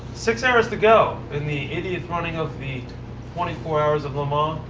six hours to go in the eightieth running of the twenty four hours of le mans.